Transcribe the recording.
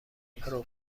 پرو